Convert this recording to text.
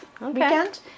weekend